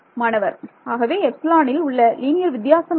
மாணவர் ஆகவே எப்ஸிலானில் உள்ள லீனியர் வித்தியாசம் என்ன